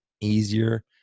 easier